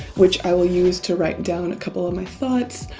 which i will use to write down a couple of my thoughts,